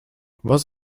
was